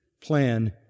plan